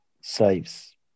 saves